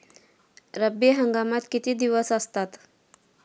रब्बी हंगामात किती दिवस असतात?